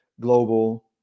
global